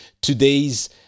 today's